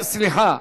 סליחה,